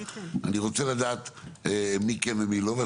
אני רוצה לדעת מי כן ומי לא.